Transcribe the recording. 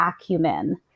acumen